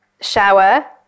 shower